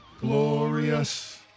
Glorious